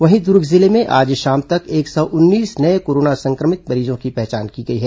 वहीं दुर्ग जिले में आज शाम तक एक सौ उन्नीस नये कोरोना संक्रमित मरीजों की पहचान की गई है